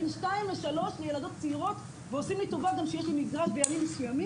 בין שתיים לשלוש לילדות צעירות ועושים לי טובה שיש לי בימים מסוימים.